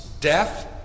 death